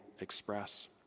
Express